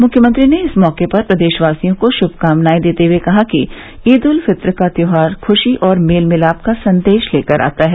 मुख्यमंत्री ने इस मौके पर प्रदेशवासियों को शुभकामनाएं देते हुए कहा कि ईद उल फित्र का त्यौहार खुशी और मेल मिलाप का संदेश लेकर आता है